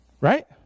Right